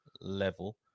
level